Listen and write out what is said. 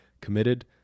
committed